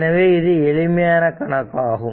எனவே இது எளிமையான கணக்காகும்